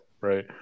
right